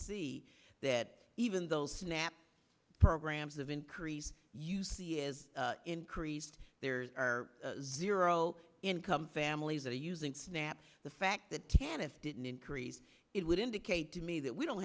see that even those snap programs of increase you see is increased there are zero income families that are using snap the fact that can if didn't increase it would indicate to me that we don't